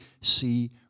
see